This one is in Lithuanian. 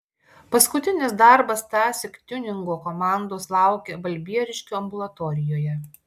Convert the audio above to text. paskutinis darbas tąsyk tiuningo komandos laukė balbieriškio ambulatorijoje